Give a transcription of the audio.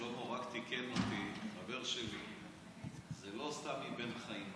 שלמה, רק תיקן אותי חבר שלי, זה לא סמי בן חיים.